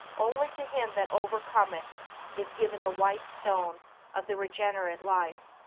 only to him that overcometh is given the white stone of the regenerate life,